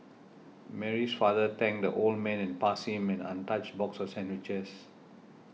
Mary's father thanked the old man and passed him an untouched box of sandwiches